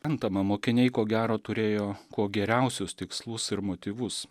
suprantama mokiniai ko gero turėjo kuo geriausius tikslus ir motyvus